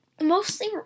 mostly